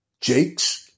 Jake's